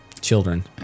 children